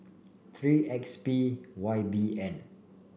three X P Y B N